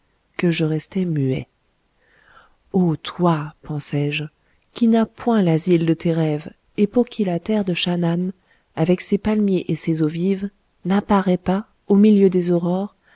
que je restai muet ô toi pensai-je qui n'as point l'asile de tes rêves et pour qui la terre de chanaan avec ses palmiers et ses eaux vives n'apparaît pas au milieu des aurores